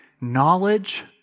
knowledge